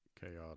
chaotic